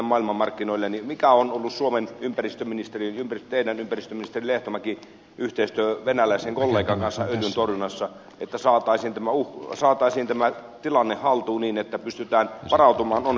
mitä sellaista yhteistyötä on ollut suomen ympäristöministeriöllä teillä ympäristöministeri lehtomäki venäläisen kollegan kanssa öljyntorjunnassa että saataisiin tämä tilanne haltuun niin että pystytään varautumaan onnettomuuksiin